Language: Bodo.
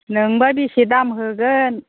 नोंबा बेसे दाम होगोन